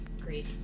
Great